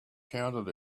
counted